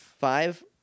five